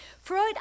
Freud